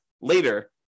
later